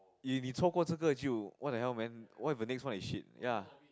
你错过这个就: ni cuo guo zhe ge jiu what the hell man what if the next one is shit